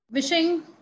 Wishing